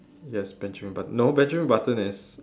yes benjamin button no benjamin button is